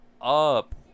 up